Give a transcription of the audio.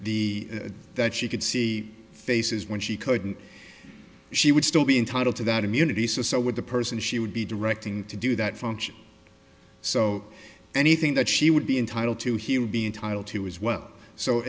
the that she could see faces when she couldn't she would still be entitled to that immunity so so would the person she would be directing to do that function so anything that she would be entitled to he would be entitled to as well so